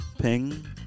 Ping